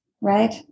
Right